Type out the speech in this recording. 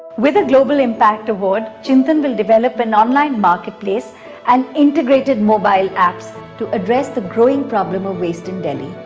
with a global impact award, chintan will develop an online marketplace and integrated mobile apps to address the growing problem of waste in delhi.